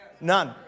None